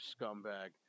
scumbag